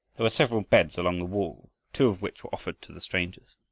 there were several beds along the wall, two of which were offered to the strangers.